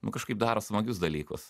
nu kažkaip daro smagius dalykus